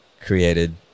created